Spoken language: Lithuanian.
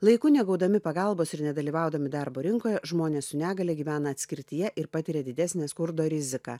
laiku negaudami pagalbos ir nedalyvaudami darbo rinkoje žmonės su negalia gyvena atskirtyje ir patiria didesnę skurdo riziką